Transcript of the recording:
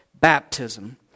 baptism